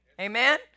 Amen